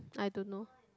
I don't know